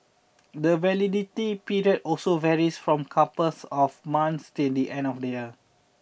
the validity period also varies from couples of months till the end of the year